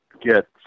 get